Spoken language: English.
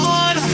on